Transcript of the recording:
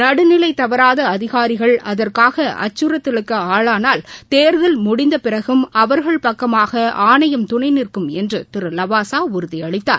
நடுநிலைதவறாதஅதிகாரிகள் அதற்காகஅச்சுறுத்தலுக்குஆளானால் தேர்தல் முடிந்தபிறகும் அவர்கள் பக்கமாகஆணையம் துணைநிற்கும் என்றுதிருலவாசாஉறுதியளித்தார்